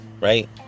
right